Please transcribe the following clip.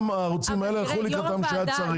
גם הערוצים האלה, הלכו לקראתם כשהיה צריך.